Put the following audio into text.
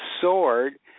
soared